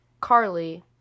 Carly